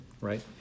right